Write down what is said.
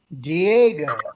Diego